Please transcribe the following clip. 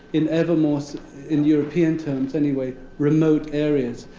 in ever more so in european terms, anyway remote areas.